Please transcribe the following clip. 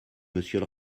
monsieur